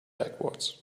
backwards